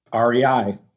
REI